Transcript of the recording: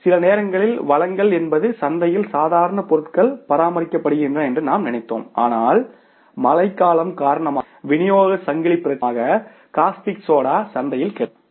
சில நேரங்களில் வழங்கல் என்பது சந்தையில் சாதாரண பொருட்கள் பராமரிக்கப்படுகின்றன என்று நாம் நினைத்தோம் ஆனால் மழைக்காலம் காரணமாக விநியோக சங்கிலி பிரச்சினை காரணமாக காஸ்டிக் சோடா சந்தையில் கிடைக்காது